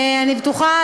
אני בטוחה.